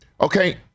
Okay